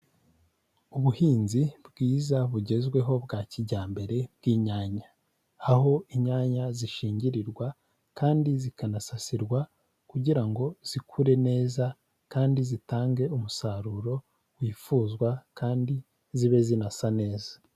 Ubuhinzi bwiza, bugezweho, bwa kijyambere bw'inyanya. Aho inyanya zishingirwarirwa kandi zikanasasirwa kugira ngo zikure neza kandi zitange umusaruro wifuzwa kandi zibe zinasa neza.